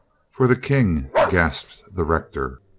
for the king? gasped the rector.